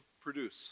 produce